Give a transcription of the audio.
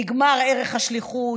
נגמר ערך השליחות,